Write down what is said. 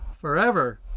forever